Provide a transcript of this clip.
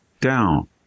down